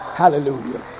hallelujah